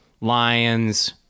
lions